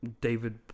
David